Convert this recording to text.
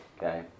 okay